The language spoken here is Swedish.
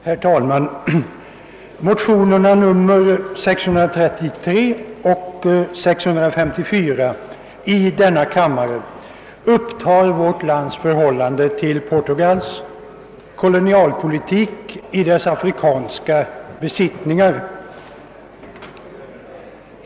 Herr talman! Motionerna nr 633 och nr 654 i denna kammare upptar vårt lands förhållande till Portugals kolonialpolitik i dess afrikanska besittningar.